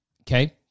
okay